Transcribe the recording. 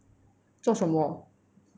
做什么